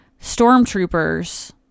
stormtroopers